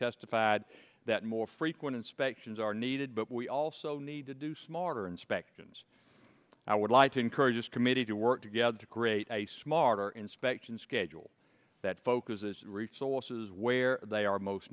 testified that more frequent inspections are needed but we also need to do smarter inspections i would like to encourage this committee to work together to create a smarter inspection schedule that focuses resources where they are most